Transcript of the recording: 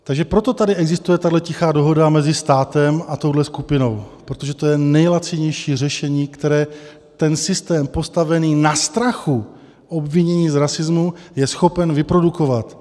Takže proto tady existuje tahle tichá dohoda mezi státem a touhle skupinou, protože to je nejlacinější řešení, které ten systém postavený na strachu obvinění z rasismu je schopen vyprodukovat.